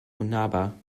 unnahbar